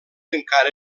encara